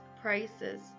PRICES